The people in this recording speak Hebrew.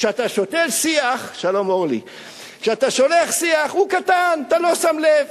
כשאתה שותל שיח, הוא קטן ואתה לא שם לב